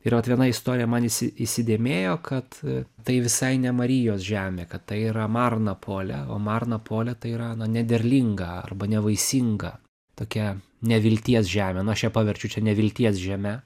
ir vat viena istorija man įsi įsidėmėjo kad tai visai ne marijos žemė kad tai yra marna pole o marna pole tai yra na nederlinga arba nevaisinga tokia nevilties žemė nu aš ją paverčiu čia nevilties žeme